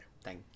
Thank